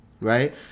right